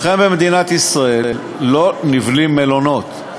לכן במדינת ישראל לא נבנים מלונות.